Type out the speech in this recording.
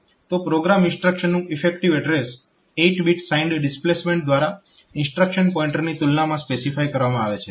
તો પ્રોગ્રામ ઇન્સ્ટ્રક્શનનું effective address 8 bit signed displacement દ્વારા ઇન્સ્ટ્રક્શન પોઇન્ટરની તુલનામાં સ્પેસિફાય કરવામાં આવે છે